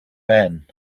ben